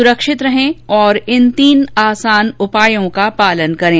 सुरक्षित रहें और इन तीन आसान उपायों का पालन करें